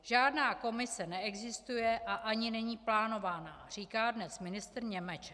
Žádná komise neexistuje a ani není plánována, říká dnes ministr Němeček.